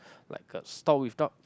like a store without